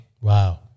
Wow